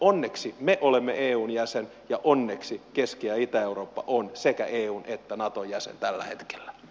onneksi me olemme eun jäsen ja onneksi keski ja itä eurooppa on sekä eun että naton jäsen tällä hetkellä